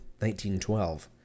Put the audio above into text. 1912